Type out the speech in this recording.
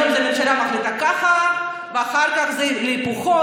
היום ממשלה מחליטה ככה ואחר כך זה הפוך,